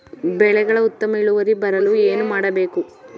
ಬೆಳೆಗಳ ಉತ್ತಮ ಇಳುವರಿ ಬರಲು ಏನು ಮಾಡಬೇಕು?